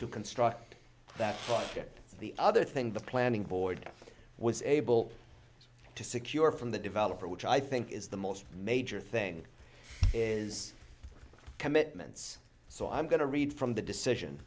to construct that the other thing the planning board was able to secure from the developer which i think is the most major thing is commitments so i'm going to read from the decision